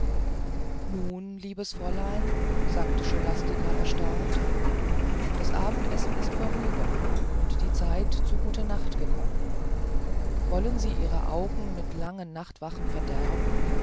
nun liebes fräulein sagte scholastica erstaunt das abendessen ist vorüber und die zeit zur gutenacht gekommen wollen sie ihre augen mit langen nachtwachen verderben